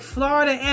Florida